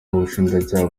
ubushinjacyaha